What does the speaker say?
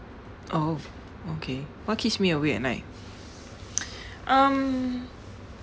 oh okay what keeps me awake at night um